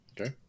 Okay